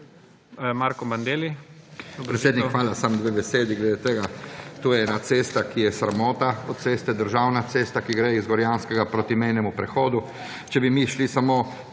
Marko Bandelli,